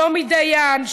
שלומי דיין,